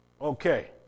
Okay